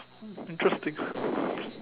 interesting